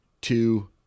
two